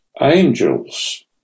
angels